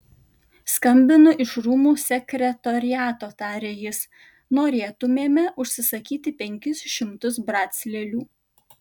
skambinu iš rūmų sekretoriato tarė jis norėtumėme užsisakyti penkis šimtus brac lėlių